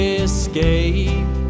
escape